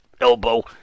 Elbow